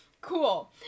cool